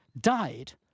died